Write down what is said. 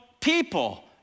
people